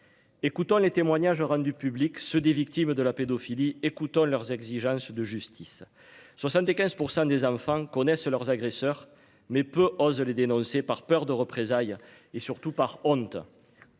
Écoutons les témoignages rendus publics ce des victimes de la pédophilie, écoutons leurs exigences de justice. 75% des enfants connaissent leurs agresseurs mais peu osent les dénoncer par peur de représailles, et surtout par honte.